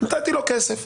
נתתי לו כסף,